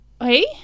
Hey